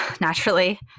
naturally